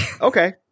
Okay